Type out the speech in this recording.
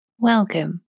Welcome